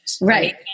Right